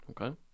okay